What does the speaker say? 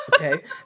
Okay